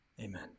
Amen